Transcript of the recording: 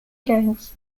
gangs